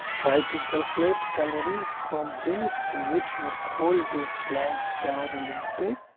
try to calculate calories from these to meet your whole day planned calorie intake.